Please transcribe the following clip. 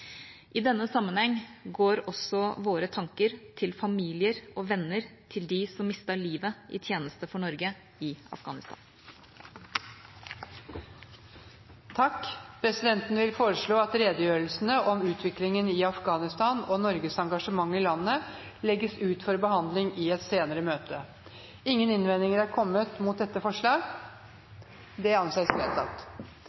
I denne sammenheng går våre tanker også til familiene til og venner av dem som mistet livet i tjeneste for Norge i Afghanistan. Presidenten vil foreslå at redegjørelsene om utviklingen i Afghanistan og Norges engasjement i landet legges ut for behandling i et senere møte.